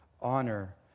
honor